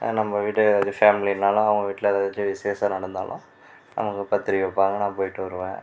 நம்ப வீடு இது ஃபேமிலின்னாலும் அவங்க வீட்டில் எதாச்சும் விஷேசம் நடந்தாலும் நமக்கு பத்திரிக்கை வைப்பாங்க நான் போயிவிட்டு வருவேன்